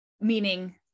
meaning